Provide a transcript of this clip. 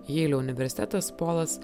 jeilio universitetas polas